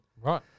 Right